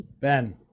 Ben